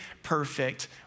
perfect